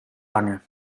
lang